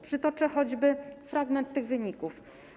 Przytoczę choćby fragment tych wyników.